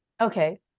Okay